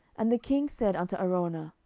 and the king said unto araunah,